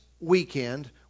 weekend